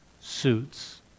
suits